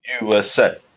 USA